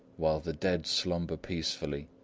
while the dead slumber peacefully,